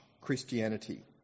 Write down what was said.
Christianity